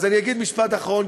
אז אני אגיד משפט אחרון,